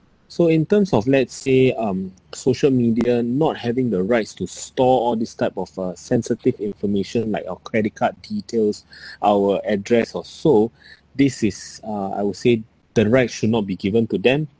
so in terms of let's say um social media not having the rights to store all this type of uh sensitive information like our credit card details our address or so this is uh I would say the right should not be given to them